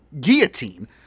guillotine